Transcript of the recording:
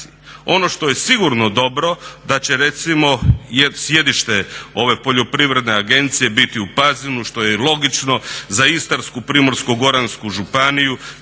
Ono što je sigurno dobro da će recimo sjedište ove poljoprivredne agencije biti u Pazinu što je logično za Istarsku, Primorsko-goransku županiju